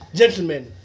gentlemen